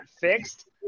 fixed